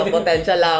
potential